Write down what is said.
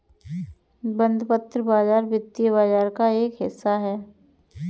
बंधपत्र बाज़ार वित्तीय बाज़ार का एक हिस्सा है